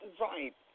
Right